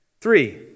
Three